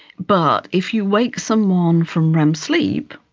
but if you wake someone from rem sleep,